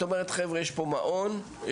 לומר חבר'ה תראו יש פה מעון סגור,